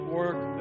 work